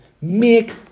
make